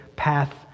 path